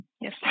yes